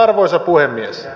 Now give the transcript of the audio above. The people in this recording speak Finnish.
arvoisa puhemies